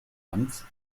hans